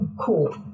cool